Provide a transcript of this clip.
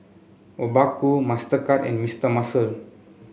Obaku Mastercard and Mister Muscle